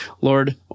Lord